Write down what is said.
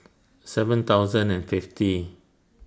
seven thousand and fifty